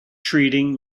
treating